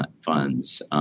funds